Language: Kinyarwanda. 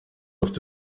afite